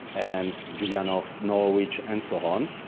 and julian of norwich and so on.